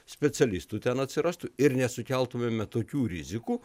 specialistų ten atsirastų ir nesukeltumėme tokių rizikų